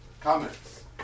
Comments